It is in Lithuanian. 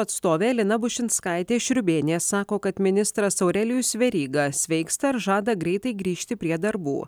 atstovė lina bušinskaitė šriubėnė sako kad ministras aurelijus veryga sveiksta ir žada greitai grįžti prie darbų